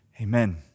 Amen